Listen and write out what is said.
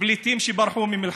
פליטים שברחו ממלחמות.